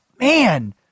man